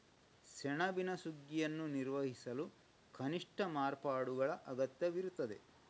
ಸೆಣಬಿನ ಸುಗ್ಗಿಯನ್ನು ನಿರ್ವಹಿಸಲು ಕನಿಷ್ಠ ಮಾರ್ಪಾಡುಗಳ ಅಗತ್ಯವಿರುತ್ತದೆ